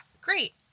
great